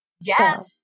Yes